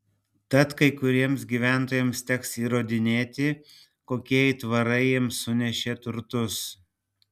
tad kai kuriems gyventojams teks įrodinėti kokie aitvarai jiems sunešė turtus